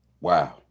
Wow